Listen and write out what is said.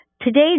Today